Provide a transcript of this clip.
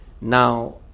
Now